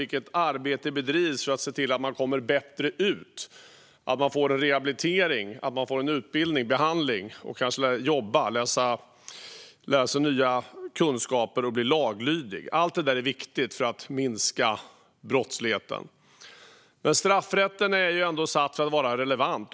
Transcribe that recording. Vilket arbete bedrivs för att människor ska komma bättre ut? Får de en rehabilitering, en utbildning eller en behandling? Får de kanske jobba, får de nya kunskaper som gör att de kan bli laglydiga? Allt detta är viktigt för att minska brottsligheten. Straffrätten är satt för att vara relevant.